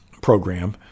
program